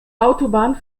autobahn